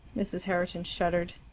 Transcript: mrs. herriton shuddered.